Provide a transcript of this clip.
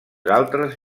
altres